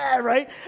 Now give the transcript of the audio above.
right